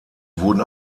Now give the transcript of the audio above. wurden